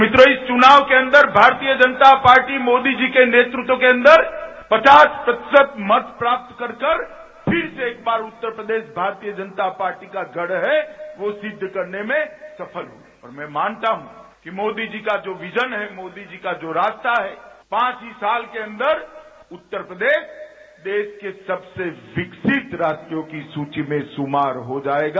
मित्रों इस चुनाव के अंदर भारतीय जनता पार्टी मोदी जी के नेतृत्व के अंदर पचास प्रतिशत मत प्राप्त करके फिर से एक बार उत्तर प्रेदश भारतीय जनता पार्टी का गढ़ है वो सिद्ध करने में सफल हुए और मैं मानता हूं कि मोदी जी का जो विजन है मोदी जी का जो रास्ता है पांच ही साल के अंदर देश के सबसे विकसित राज्यों की सूची में शुमार हो जायेगा